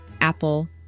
Apple